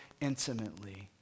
intimately